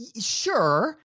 sure